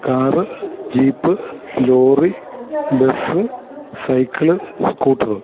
car jeep lorry bus cycle scooter